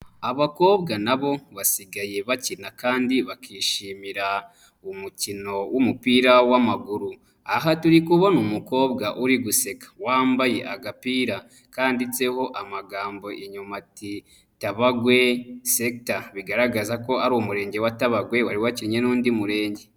Abakobwa na bo basigaye bakina kandi bakishimira umupira w'amaguru, aha turi kubona umukobwa uri guseka wambaye agapira kanditseho amagambo inyuma ati: "Tabagwe Sector", bigaragaza ko ari Umurenge wa Tabagwe wari wakinnye n'undi murenge.